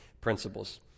principles